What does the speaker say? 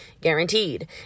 guaranteed